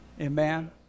Amen